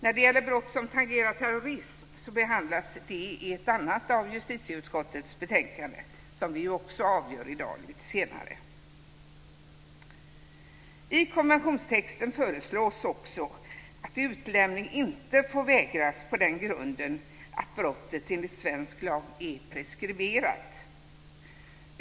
När det gäller brott som tangerar terrorism behandlas det i ett annat av justitieutskottets betänkanden, som vi avgör lite senare i dag. I konventionstexten föreslås också att utlämning inte får vägras på den grunden att brottet enligt svensk lag är preskriberat.